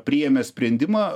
priėmė sprendimą